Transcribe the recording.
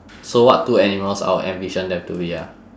so what two animals I would envision them to be ah